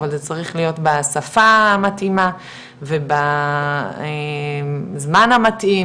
אבל זה צריך להיות בשפה המתאימה וזמן המתאים,